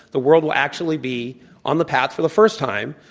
the world will actually be on the path, for the first time,